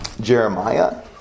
Jeremiah